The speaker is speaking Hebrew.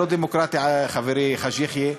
זה לא דמוקרטיה, חברי חאג' יחיא.